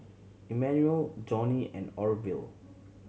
Immanuel Johnny and Orvil